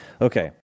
Okay